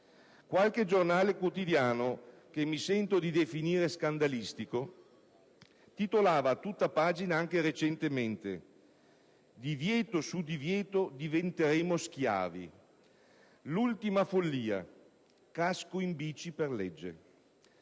Qualche quotidiano, che mi sento di definire scandalistico, titolava a tutta pagina anche recentemente: divieto su divieto diventeremo schiavi. L'ultima follia: casco in bici per legge.